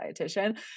dietitian